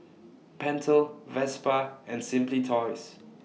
Pentel Vespa and Simply Toys